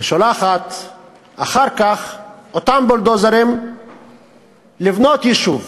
ושולחת אחר כך את אותם בולדוזרים לבנות יישוב?